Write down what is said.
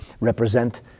represent